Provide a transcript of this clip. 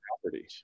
property